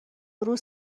روز